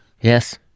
yes